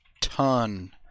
ton